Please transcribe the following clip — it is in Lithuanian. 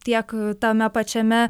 tiek tame pačiame